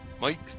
Mike